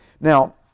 Now